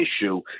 issue